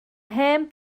hen